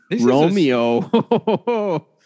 Romeo